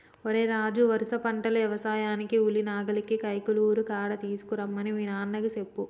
ఓరై రాజు వరుస పంటలు యవసాయానికి ఉలి నాగలిని కైకలూరు కాడ తీసుకురమ్మని మీ నాన్నకు చెప్పు